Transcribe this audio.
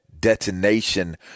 detonation